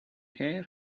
air